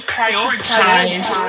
prioritize